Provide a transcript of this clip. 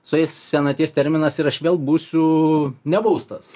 sueis senaties terminas ir aš vėl būsiu nebaustas